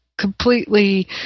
completely